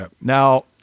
Now